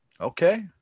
Okay